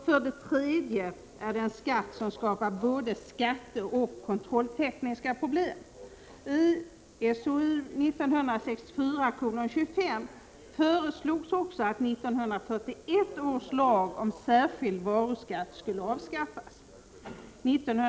För det tredje är det en skatt som skapar både skatteoch kontrolltekniska problem. I SOU 1964:25 föreslogs också att 1941 års lag om särskild varuskatt skulle avskaffas.